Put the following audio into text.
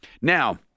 Now